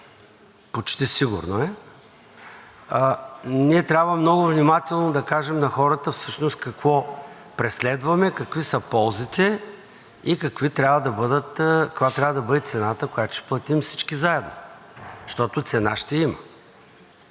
почти сигурно е, ние трябва много внимателно да кажем на хората всъщност какво преследваме, какви са ползите и каква трябва да бъде цената, която ще платим всички заедно, защото цена ще има.